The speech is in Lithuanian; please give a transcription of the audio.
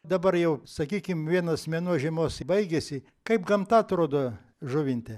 dabar jau sakykim vienas mėnuo žiemos baigėsi kaip gamta atrodo žuvinte